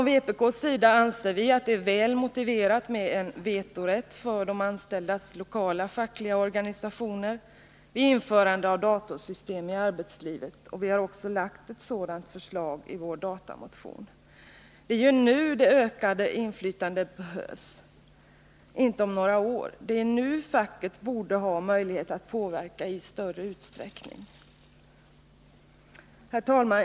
Vpk anser att det är väl motiverat med en vetorätt för de anställdas lokala fackliga organisationer vid införande av datorsystem i arbetslivet, och vi har också lagt fram ett sådant förslag i vår datamotion. Det är ju nu det ökade inflytandet behövs och inte om några år. Det är nu facket borde ha möjlighet att påverka i större utsträckning. Herr talman!